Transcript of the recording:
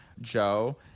Joe